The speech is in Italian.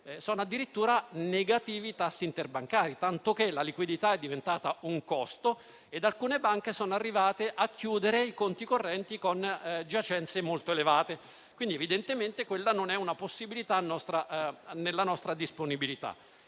sono addirittura negativi i tassi interbancari, tanto che la liquidità è diventata un costo e alcune banche sono arrivate a chiudere i conti correnti con giacenze molto elevate, quindi evidentemente questa non è una possibilità nella nostra disponibilità.